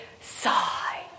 sigh